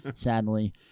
sadly